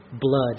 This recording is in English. Blood